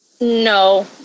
No